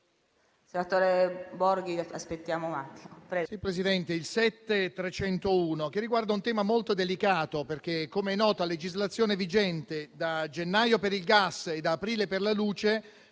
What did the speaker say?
7.301 riguarda un tema molto delicato, perché - com'è noto - a legislazione vigente dal prossimo gennaio per il gas e da aprile per la luce